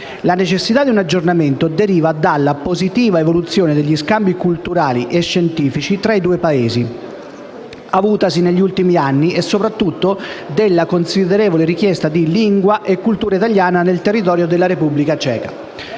La necessità di un aggiornamento deriva dalla positiva evoluzione degli scambi culturali e scientifici tra i due Paesi avutasi negli ultimi anni e soprattutto dalla considerevole richiesta di lingua e cultura italiana nel territorio della Repubblica ceca.